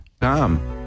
Tom